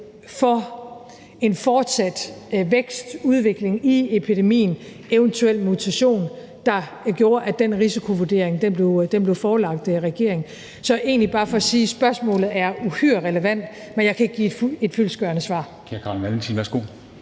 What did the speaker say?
for en fortsat vækst og udvikling i epidemien og en eventuel mutation, der gjorde, at den risikovurdering blev forelagt regeringen. Så det er egentlig bare for at sige, at spørgsmålet er uhyre relevant, men jeg kan ikke give et fyldestgørende svar.